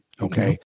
Okay